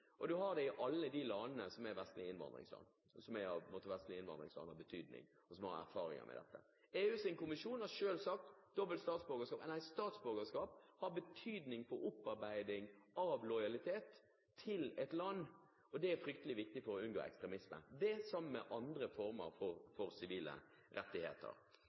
har du i alle de vestlige innvandringslandene av betydning, og som har erfaringer med dette. EU-kommisjonen har selv sagt at statsborgerskap har betydning for opparbeidelse av lojalitet til et land. Det er fryktelig viktig for å unngå ekstremisme, sammen med andre former for sivile rettigheter.